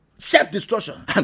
Self-destruction